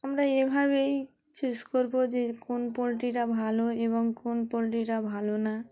আমরা এভাবেই শেষ করব যে কোন পোলট্রিটা ভালো এবং কোন পোলট্রিটা ভালো না